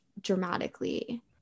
dramatically